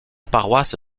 paroisse